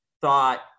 thought